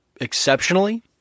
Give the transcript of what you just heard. exceptionally